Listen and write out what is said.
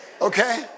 Okay